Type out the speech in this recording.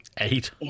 Eight